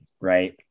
right